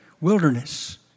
wilderness